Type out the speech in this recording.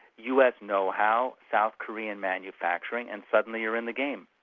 us know-how, south korean manufacturing, and suddenly you're in the game.